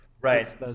right